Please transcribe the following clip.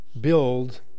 build